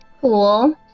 Cool